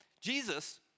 Jesus